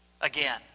again